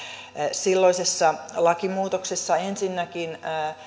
silloisessa lakimuutoksessa ensinnäkin